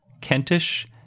Kentish